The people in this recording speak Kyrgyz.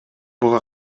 буга